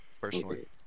personally